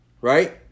right